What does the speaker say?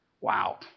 Wow